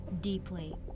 deeply